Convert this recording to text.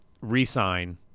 re-sign